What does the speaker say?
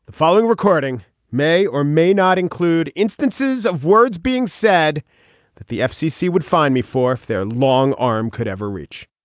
following recording may or may not include instances of words being said that the fcc would find me for if their long arm could ever reach